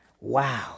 wow